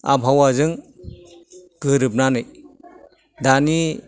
आबहावाजों गोरोबनानै दानि